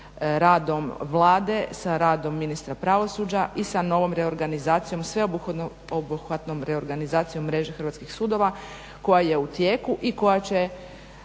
radom Vlade, sa radom ministra pravosuđa i sa novom reorganizacijom, sveobuhvatnom reorganizacijom mreže hrvatskih sudova koja je u tijeku i koja će